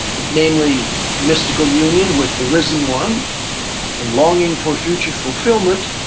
namely mystical union with the risen one and longing for future fulfillment,